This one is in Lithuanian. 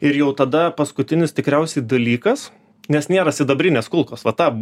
ir jau tada paskutinis tikriausiai dalykas nes nėra sidabrinės kulkos va tą